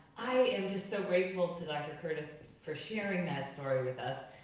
i am just so grateful to dr. curtis for sharing that story with us,